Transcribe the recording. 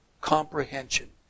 comprehension